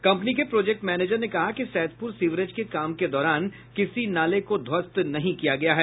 company के project manager ने कहा कि सैदपुर सिवरेज के काम के दौरान किसी नाले को ध्वस्त नहीं किया गया है